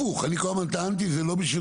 הפוך, אני כל הזמן טענתי, זה לא בשבילכם.